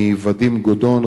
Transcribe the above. מוודים גודון,